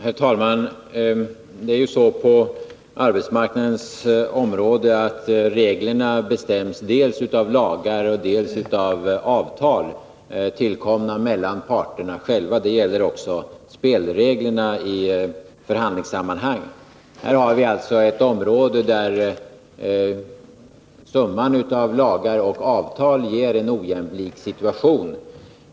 Herr talman! Det är ju så på arbetsmarknadens område att reglerna bestäms dels av lagar, dels av avtal, tillkomna mellan parterna själva. Det gäller också spelreglerna i förhandlingssammanhang. Här har vi alltså ett område där summan av lagar och avtal ger en ojämlik situation.